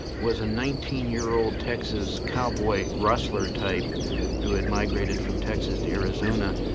was a nineteen year old texas cowboy rustler type who had migrated from texas to arizona.